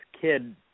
kid